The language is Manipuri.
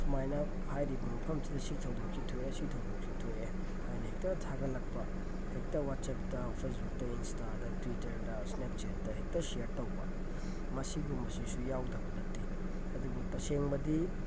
ꯁꯨꯃꯥꯏꯅ ꯍꯥꯏꯔꯤꯕ ꯃꯐꯝꯁꯤꯗ ꯁꯤ ꯊꯧꯗꯣꯛꯁꯤ ꯊꯣꯛꯑꯦ ꯁꯤ ꯊꯧꯗꯣꯛꯁꯤ ꯊꯣꯛꯑꯦ ꯍꯥꯏꯅ ꯍꯦꯛꯇ ꯊꯥꯒꯠꯂꯛꯄ ꯍꯦꯛꯇ ꯋꯥꯆꯦꯞꯇ ꯐꯦꯁꯕꯨꯛꯇ ꯏꯟꯁꯇꯥꯗ ꯇ꯭ꯋꯤꯇꯔꯗ ꯏꯁꯅꯦꯞꯆꯦꯠꯇ ꯍꯦꯛꯇ ꯁꯤꯌꯥꯔ ꯇꯧꯕ ꯃꯁꯤꯒꯨꯝꯕꯁꯤꯁꯨ ꯌꯥꯎꯗꯕ ꯅꯠꯇꯦ ꯑꯗꯨꯕꯨ ꯇꯁꯦꯡꯕꯗꯤ